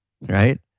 right